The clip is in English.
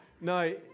No